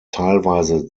teilweise